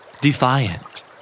Defiant